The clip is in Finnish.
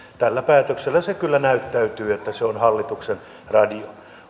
tällä päätöksellä kyllä näyttäytyy että yleisradio on hallituksen radio